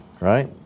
right